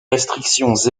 restrictions